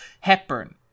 Hepburn